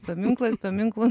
paminklais paminklų